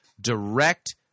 Direct